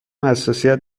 حساسیت